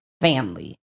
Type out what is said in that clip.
family